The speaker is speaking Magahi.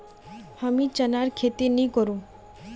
हमीं चनार खेती नी करुम